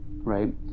right